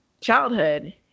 childhood